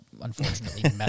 unfortunately